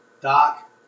Doc